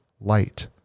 light